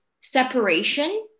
separation